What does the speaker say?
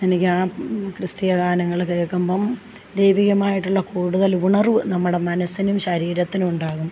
എനിക്ക് ആ ക്രിസ്തീയ ഗാനങ്ങൾ കേൾക്കുമ്പം ദൈവികമായിട്ടുള്ള കൂടുതൽ ഉണർവ് നമ്മുടെ മനസ്സിനും ശരീരത്തിനും ഉണ്ടാവും